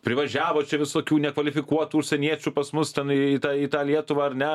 privažiavo čia visokių nekvalifikuotų užsieniečių pas mus ten į tą į tą lietuvą ar ne